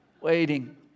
waiting